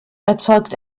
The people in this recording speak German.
erzeugt